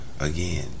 Again